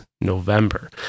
November